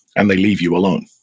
and they leave you alone.